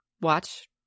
watch